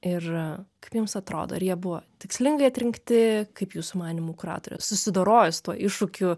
ir kaip jums atrodo ir jie buvo tikslingai atrinkti kaip jūsų manymu kuratorės susidoroja su tuo iššūkiu